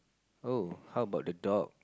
oh how about the dog